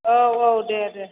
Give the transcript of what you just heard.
औ औ दे दे